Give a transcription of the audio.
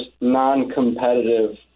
non-competitive